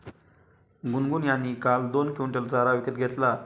गुनगुन यांनी काल दोन क्विंटल चारा विकत घेतला